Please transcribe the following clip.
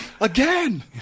Again